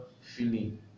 feeling